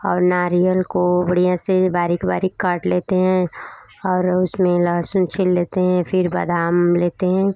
और नारियल को बढ़िया से बारीक बारीक काट लेते हैं और उसमें लहसुन छील लेते हैं फिर बादाम लेते हैं